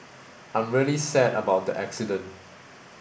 I'm really sad about the accident